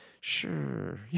sure